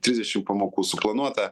trisdešim pamokų suplanuota